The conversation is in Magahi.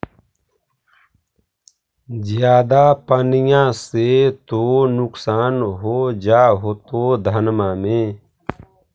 ज्यादा पनिया से तो नुक्सान हो जा होतो धनमा में?